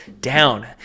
down